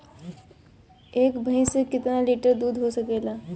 एक भइस से कितना लिटर दूध हो सकेला?